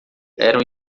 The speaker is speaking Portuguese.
eram